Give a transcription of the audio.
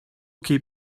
keep